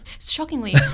shockingly